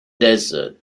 desert